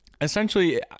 Essentially